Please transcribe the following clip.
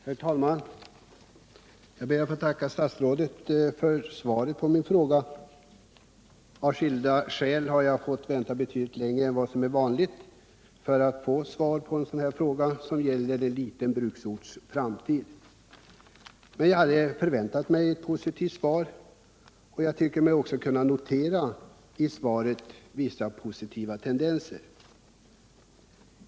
Herr talman! Jag ber att få tacka statsrådet för svaret på min fråga. Av skilda skäl har jag fått vänta betydligt längre än vad som är vanligt för att få svar på min fråga om en liten bruksorts framtid. Men i stället har jag förväntat mig ett positivt svar, och jag tycker mig också i svaret kunna notera vissa positiva tendenser.